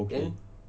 okay